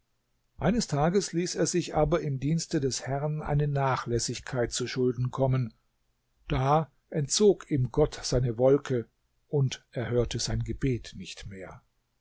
eines tages ließ er sich aber im dienste des herrn eine nachlässigkeit zuschulden kommen da entzog ihm gott seine wolke und erhörte sein gebet nicht mehr